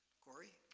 kory?